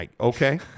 Okay